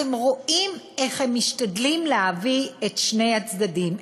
אתם רואים איך הם משתדלים להביא את שני הצדדים.